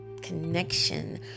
connection